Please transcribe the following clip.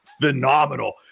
phenomenal